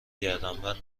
گردنبند